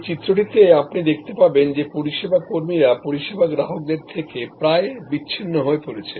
এই চিত্রটিতে আপনি দেখতে পাবেন যে পরিষেবা কর্মীরা পরিষেবা গ্রাহকদের থেকে প্রায় বিচ্ছিন্ন হয়ে পড়েছে